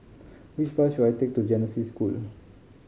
which bus should I take to Genesis School